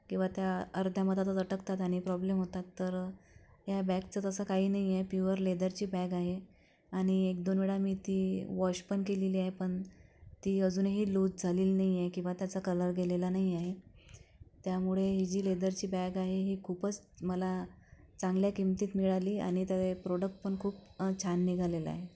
किंवा त्या अर्ध्या मधातच अटकतात आणि प्रॉब्लेम होतात तर ह्या बॅगचं तसं काही नाही आहे प्युअर लेदरची बॅग आहे आणि एक दोन वेळा मी ती वॉश पण केलेली आहे पण ती अजूनही लूज झालेली नाही आहे किंवा त्याचा कलर गेलेला नाही आहे त्यामुळे ही जी लेदरची बॅग आहे ही खूपच मला चांगल्या किंमतीत मिळाली आणि ते प्रॉडक्ट पण खूप छान निघालेलं आहे